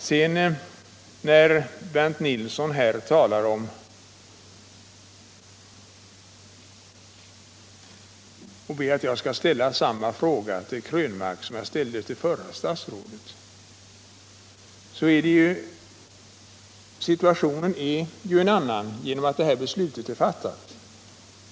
När sedan Bernt Nilsson ber att jag skall ställa samma fråga till herr Krönmark som jag ställde till förre försvarsministern vill jag framhålla att situationen nu är annorlunda genom fjolårets beslut.